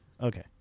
Okay